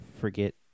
forget